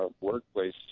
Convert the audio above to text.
workplace